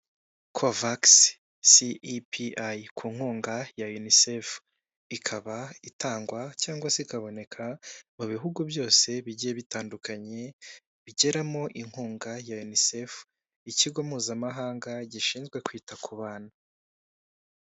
Kovagisi CEPI ku nkunga ya UNICEF. Ikaba itangwa cyangwa se ikaboneka mu bihugu byose bigiye bitandukanye bigeramo inkunga ya UNICEF. Ikigo mpuzamahanga gishinzwe kwita ku bana.